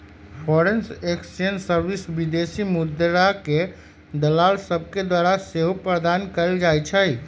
foreign exchange service विदेशी मुद्राके दलाल सभके द्वारा सेहो प्रदान कएल जाइ छइ